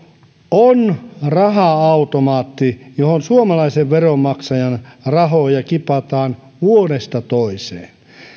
on raha automaatti johon suomalaisen veronmaksajan rahoja kipataan vuodesta toiseen